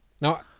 Now